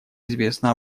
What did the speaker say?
известно